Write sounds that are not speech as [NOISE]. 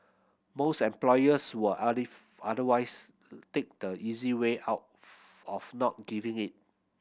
most employers will [UNINTELLIGIBLE] otherwise take the easy way out of not giving it